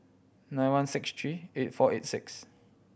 nine one six three eight four eight six